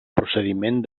procediment